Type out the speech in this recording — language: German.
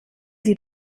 sie